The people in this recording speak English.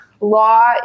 Law